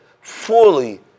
fully